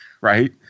right